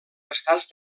estats